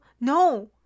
No